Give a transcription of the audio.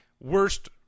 worst